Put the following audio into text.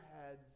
heads